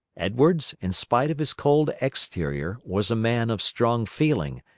edwards, in spite of his cold exterior, was a man of strong feeling,